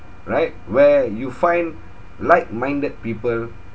right where you find like minded people